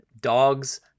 dogs